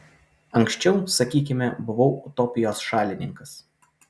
anksčiau sakykime buvau utopijos šalininkas